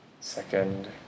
second